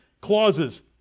clauses